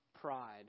pride